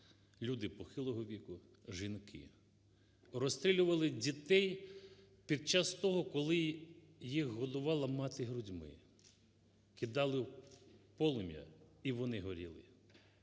люди похилого віку, жінки. Розстрілювали дітей під час того, коли їх годувала мати грудьми, кидали в полум'я, і вони горіли.